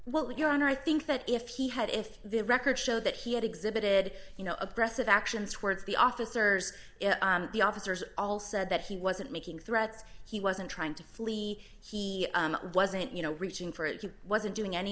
well your honor i think that if he had if the records show that he had exhibited you know oppressive actions towards the officers if the officers all said that he wasn't making threats he wasn't trying to flee he wasn't you know reaching for it he wasn't doing any